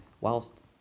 whilst